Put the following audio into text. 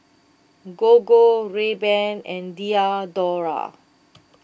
Gogo Rayban and Diadora